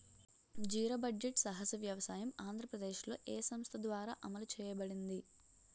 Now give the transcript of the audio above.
Zero budget సహజ వ్యవసాయం ఆంధ్రప్రదేశ్లో, ఏ సంస్థ ద్వారా అమలు చేయబడింది?